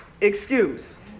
excuse